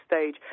stage